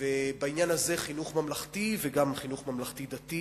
ובעניין הזה חינוך ממלכתי וגם חינוך ממלכתי-דתי